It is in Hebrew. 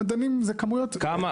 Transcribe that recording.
מדענים זה כמויות --- כמה?